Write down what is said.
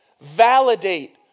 validate